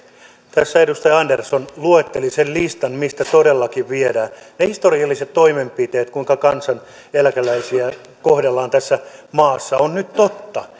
tässä edustaja andersson luetteli sen listan mistä todellakin viedään ne historialliset toimenpiteet kuinka kansaneläkeläisiä kohdellaan tässä maassa ovat nyt totta